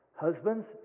Husbands